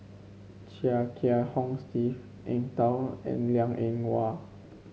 Chia Kiah Hong Steve Eng Tow and Liang Eng Hwa